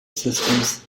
systems